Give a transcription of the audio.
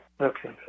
okay